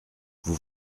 vous